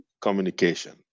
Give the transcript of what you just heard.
communication